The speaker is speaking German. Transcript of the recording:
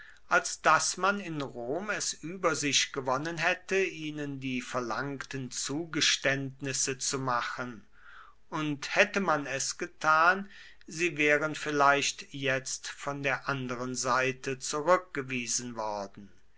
als daß man in rom es über sich gewonnen hätte ihnen die verlangten zugeständnisse zu machen und hätte man es getan sie wären vielleicht jetzt von der anderen seite zurückgewiesen worden